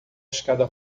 escada